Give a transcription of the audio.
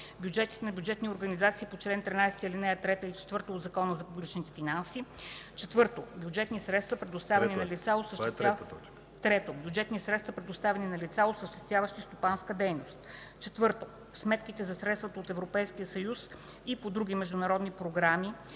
бюджетите на бюджетни организации по чл. 13, ал. 3 и 4 от Закона за публичните финанси; 3. бюджетните средства, предоставяни на лица, осъществяващи стопанска дейност; 4. сметките за средствата от Европейския съюз и по други международни програми